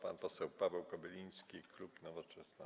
Pan poseł Paweł Kobyliński, klub Nowoczesna.